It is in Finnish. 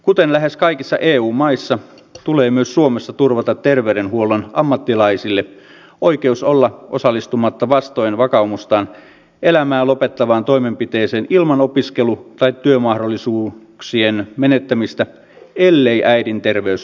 kuten lähes kaikissa eu maissa tulee myös suomessa turvata terveydenhuollon ammattilaisille oikeus olla osallistumatta vastoin vakaumustaan elämän lopettavaan toimenpiteeseen ilman opiskelu tai työmahdollisuuksien menettämistä ellei äidin terveys ole vaarassa